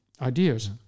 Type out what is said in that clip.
ideas